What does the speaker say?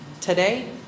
today